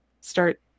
start